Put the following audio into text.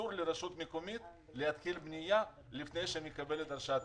אסור לרשות מקומית להתחיל בנייה לפני שהיא מקבלת הרשאה תקציבית.